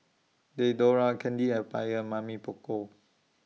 Diadora Candy Empire Mamy Poko